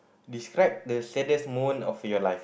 describe the saddest moment of your life